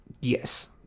Yes